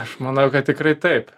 aš manau kad tikrai taip